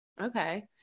okay